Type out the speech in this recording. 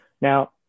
Now